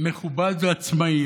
מכובד ועצמאי.